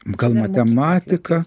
gal matematika